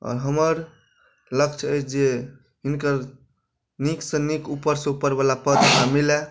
आओर हमर लक्ष्य अछि जे हिनकर नीकसँ नीक ऊपरसँ ऊपरवला पद हमरा मिलय